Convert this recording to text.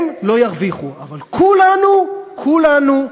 הם לא ירוויחו, אבל כולנו, כולנו נרוויח.